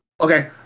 Okay